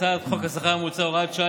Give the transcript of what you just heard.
הצעת חוק השכר הממוצע (הוראת שעה,